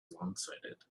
longsighted